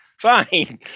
fine